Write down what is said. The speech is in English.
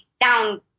down